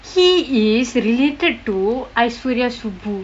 he is related to aishwarya subbhu